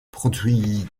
produit